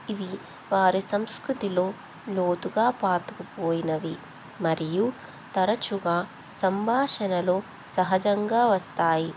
ఇవి వారి సంస్కృతిలో లోతుగా పాతుకుపోయినవి మరియు తరచుగా సంభాషణలో సహజంగా వస్తాయి